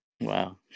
Wow